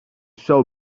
sew